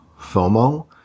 FOMO